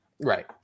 Right